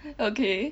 okay